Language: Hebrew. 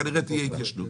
כנראה תהיה התיישנות.